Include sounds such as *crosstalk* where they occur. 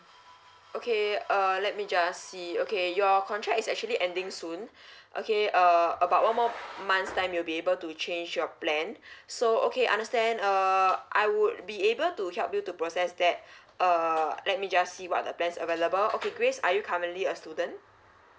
okay uh let me just see okay your contract is actually ending soon *breath* okay uh about one more months time you'll be able to change your plan *breath* so okay understand err I would be able to help you to process that *breath* err let me just see what are the plans available okay grace are you currently a student